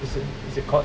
is it is it called